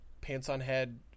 pants-on-head